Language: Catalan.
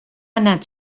anat